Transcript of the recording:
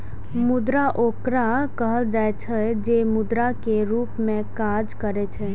मुद्रा ओकरा कहल जाइ छै, जे मुद्रा के रूप मे काज करै छै